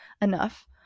enough